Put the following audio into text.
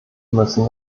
müssen